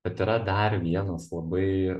bet yra dar vienas labai